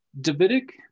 davidic